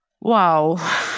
Wow